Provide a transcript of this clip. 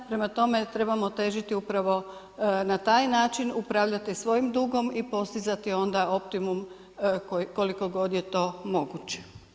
Prema tome, trebamo težiti upravo na taj način upravljati svojim dugom i postizati onda optimum koliko god je to moguće.